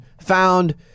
found